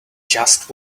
just